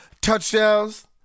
touchdowns